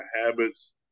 habits